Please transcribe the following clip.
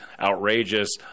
outrageous